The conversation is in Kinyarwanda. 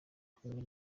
kumwe